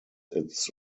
its